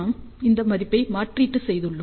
நாம் அந்த மதிப்பை மாற்றீடு செய்துள்ளோம்